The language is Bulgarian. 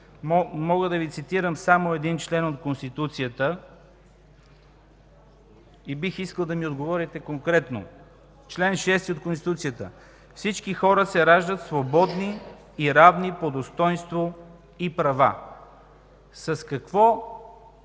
Мога да Ви цитирам само един член от Конституцията и бих искал да ми отговорите конкретно. Цитирам чл. 6 от Конституцията: „Чл. 6. Всички хора се раждат свободни и равни по достойнство и права.” С какво